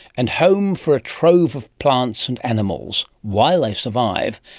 and home for a trove of plants and animals while they survive,